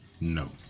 No